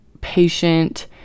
patient